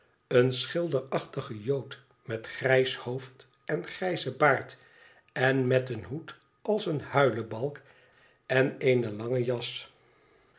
een schilderachtige jood met grijs hoofd en grijzen baard met een hoed als een huilebalken eene lange jas